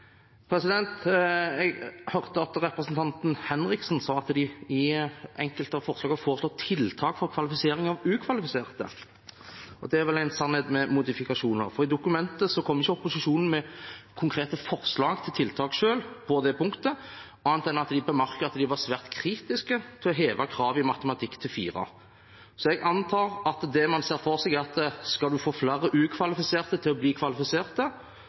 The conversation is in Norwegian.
Jeg hørte at representanten Henriksen sa at de i enkelte forslag har foreslått tiltak for kvalifisering av ukvalifiserte. Det er vel en sannhet med modifikasjoner, for i dokumentet kom ikke opposisjonen med konkrete forslag til tiltak selv på det punktet, annet enn at de bemerket at de var svært kritiske til å heve karakterkravet i matematikk til fire. Så jeg antar at man ser for seg at for å få flere ukvalifiserte til å bli kvalifiserte